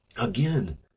Again